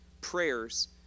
prayers